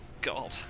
God